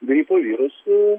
gripo virusu